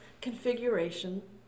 configuration